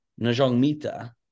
Najongmita